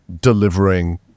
delivering